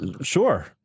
Sure